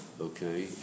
Okay